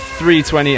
320